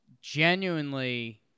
genuinely